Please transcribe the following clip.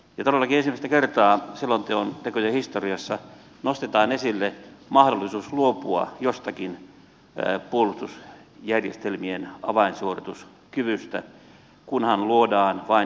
todellakin ensimmäistä kertaa selontekojen historiassa nostetaan esille mahdollisuus luopua jostakin puolustusjärjestelmien avainsuorituskyvystä kunhan vain luodaan pitävä sopimuspohja